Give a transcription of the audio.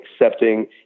accepting